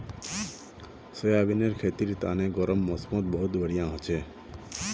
सोयाबीनेर खेतीर तने गर्म मौसमत बहुत बढ़िया हछेक